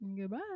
Goodbye